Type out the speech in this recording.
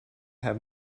have